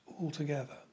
altogether